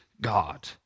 God